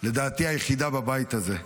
היחידה בבית הזה,